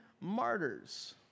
martyrs